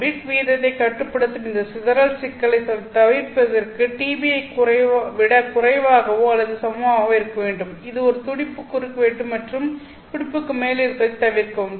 bit வீதத்தைக் கட்டுப்படுத்தும் இந்த சிதறல் சிக்கலைத் தவிர்ப்பதற்கு Tb ஐ விட குறைவாகவோ அல்லது சமமாகவோ இருக்க வேண்டும் இது ஒரு துடிப்பு குறுக்குவெட்டு மற்ற துடிப்புக்கு மேல் இருப்பதைத் தவிர்க்கும்